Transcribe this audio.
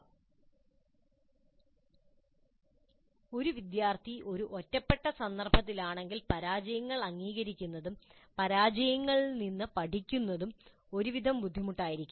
ഞാൻ സൂചിപ്പിച്ചതുപോലെ ഒരു വിദ്യാർത്ഥി ഒരു ഒറ്റപ്പെട്ട സന്ദർഭത്തിലാണെങ്കിൽ പരാജയങ്ങൾ അംഗീകരിക്കുന്നതും പരാജയങ്ങളിൽ നിന്ന് പഠിക്കുന്നതും ഒരുവിധം ബുദ്ധിമുട്ടായിരിക്കും